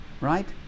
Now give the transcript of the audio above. Right